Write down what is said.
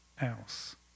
else